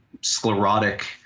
sclerotic